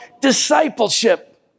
discipleship